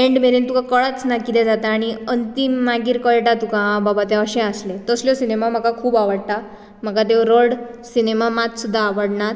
and मेरेन तुका कळच ना कितें जाता आनी अंतीम मागीर कळटा तुका की आं बाबा तें अशें आसलें तसल्यो सिनेमा म्हाका खूब आवडटा म्हाका ते रड सिनेमा मात सुद्दां आवडनात